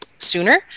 sooner